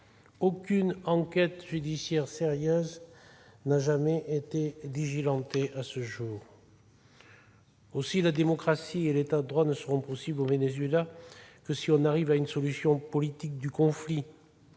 aucune enquête judiciaire sérieuse n'a été diligentée. Aussi, la démocratie et l'État de droit ne seront possibles au Venezuela que si l'on arrive à une solution politique du conflit.